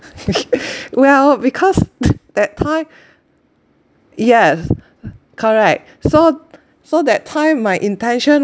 well because that time yes correct so so that time my intention